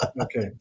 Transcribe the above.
Okay